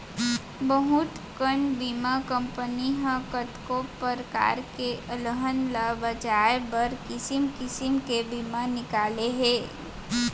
बहुत कन बीमा कंपनी ह कतको परकार के अलहन ल बचाए बर किसिम किसिम के बीमा निकाले हे